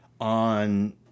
on